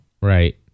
Right